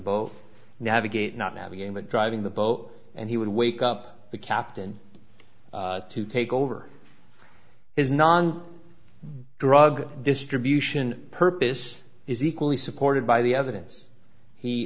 boat navigate not navigating but driving the boat and he would wake up the captain to take over his non drug distribution purpose is equally supported by the evidence he